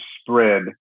spread